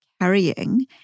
carrying